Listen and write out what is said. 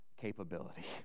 capability